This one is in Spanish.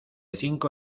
cinco